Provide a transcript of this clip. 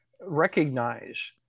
recognize